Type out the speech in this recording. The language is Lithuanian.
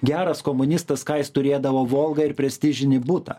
geras komunistas ką jis turėdavo volgą ir prestižinį butą